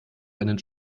einen